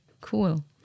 cool